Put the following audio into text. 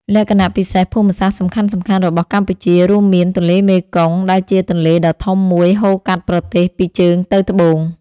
លក្ខណៈពិសេសភូមិសាស្ត្រសំខាន់ៗរបស់កម្ពុជារួមមាន ទន្លេមេគង្គ ដែលជាទន្លេដ៏ធំមួយហូរកាត់ប្រទេសពីជើងទៅត្បូង។